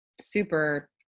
super